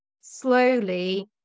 slowly